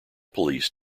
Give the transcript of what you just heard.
police